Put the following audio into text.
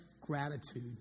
gratitude